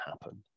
happen